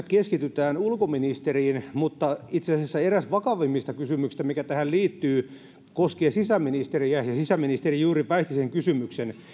keskitytään ulkoministeriin mutta itse asiassa eräs vakavimmista kysymyksistä mikä tähän liittyy koskee sisäministeriä sisäministeri juuri väisti sen kysymyksen